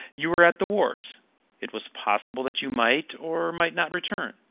you were at the wars it was possible that you might, or might not return.